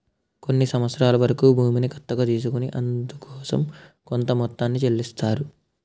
కొన్ని సంవత్సరాల వరకు భూమిని గుత్తకు తీసుకొని అందుకోసం కొంత మొత్తాన్ని చెల్లిస్తారు